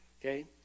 okay